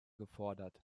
gefordert